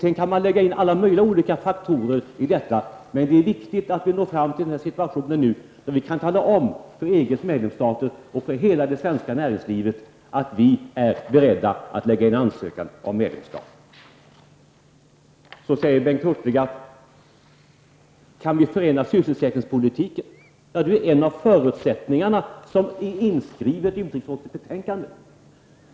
Man kan sedan lägga in alla möjliga faktorer i detta, men det är viktigt att vi når fram till en situation där vi kan tala om för EGs medlemsstater och för hela det svenska näringslivet att vi är beredda att lägga in en ansökan om medlemskap. Bengt Hurtig frågar om vi kan förena vårt mål för sysselsättningspolitiken med ett medlemskap. Detta är en av förutsättningarna, och den finns inskriven i utskottets betänkande.